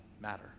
matter